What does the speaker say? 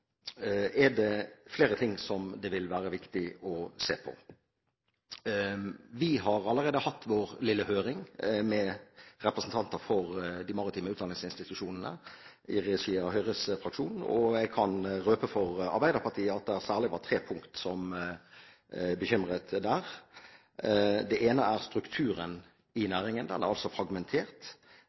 er det flere ting som det vil være viktig å se på. Vi har allerede hatt vår lille høring med representanter for de maritime utdanningsinstitusjonene, i regi av Høyres fraksjon, og jeg kan røpe for Arbeiderpartiet at det særlig var tre punkter som bekymret: Det ene er strukturen i næringen. Den er fragmentert, og det er